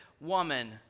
woman